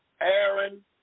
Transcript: Aaron